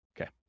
Okay